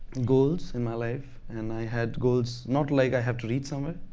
goals in my life, and i had goals not like i had to reach something.